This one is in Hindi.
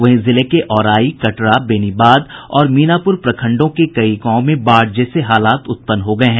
वहीं जिले के औराई कटरा बेनीबाद और मीनापुर प्रखंडों के कई गांवों में बाढ़ जैसे हालात उत्पन्न हो गये हैं